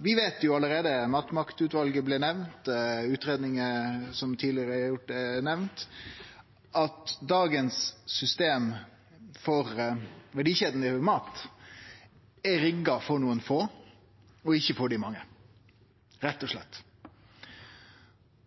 Vi veit jo allereie – matmaktutvalet blei nemnt, utgreiingar som tidlegare er gjorde, er nemnde – at dagens system for verdikjeda når det gjeld mat, rett og slett er rigga for nokre få og ikkje for dei mange.